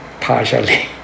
partially